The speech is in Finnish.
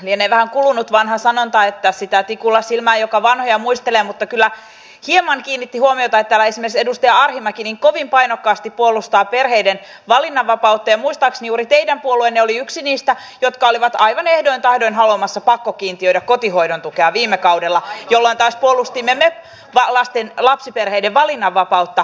lienee vähän kulunut vanha sanonta että sitä tikulla silmään joka vanhoja muistelee mutta kyllä hieman kiinnitti huomiota että täällä esimerkiksi edustaja arhinmäki niin kovin painokkaasti puolustaa perheiden valinnanvapautta ja muistaakseni juuri teidän puolueenne oli yksi niistä jotka olivat aivan ehdoin tahdoin haluamassa pakkokiintiöidä kotihoidon tukea viime kaudella jolloin taas me puolustimme lapsiperheiden valinnanvapautta